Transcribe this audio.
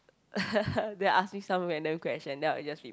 then ask me some random question then I'll just rep~